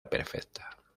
perfecta